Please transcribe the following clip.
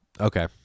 Okay